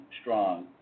strong